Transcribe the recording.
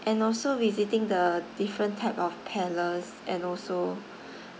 and also visiting the different type of palace and also